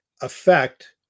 affect